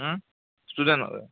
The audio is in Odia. ହୁଁ ଷ୍ଟୁଡ଼େଣ୍ଟ୍ମାନେ